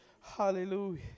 hallelujah